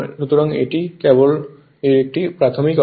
সুতরাং এটি কেবল এর একটি প্রাথমিক অংশ